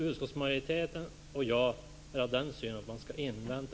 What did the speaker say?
Utskottsmajoriteten och jag har den synen att man skall invänta